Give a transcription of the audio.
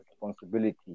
responsibility